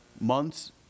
months